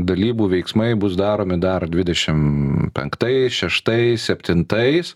dalybų veiksmai bus daromi dar dvidešim penktais šeštais septintais